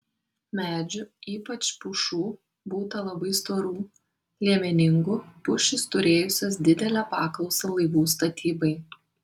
medžių ypač pušų būta labai storų liemeningų pušys turėjusios didelę paklausą laivų statybai